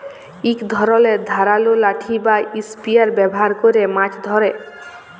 ইক ধরলের ধারালো লাঠি বা ইসপিয়ার ব্যাভার ক্যরে মাছ ধ্যরে